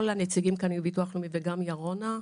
כל הנציגים כאן מהביטוח הלאומי וגם ירונה,